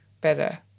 better